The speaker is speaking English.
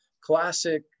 classic